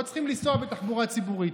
לא צריכים לנסוע בתחבורה ציבורית.